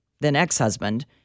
then-ex-husband